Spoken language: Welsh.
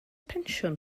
pensiwn